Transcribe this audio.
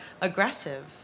aggressive